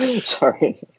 sorry